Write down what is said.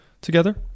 together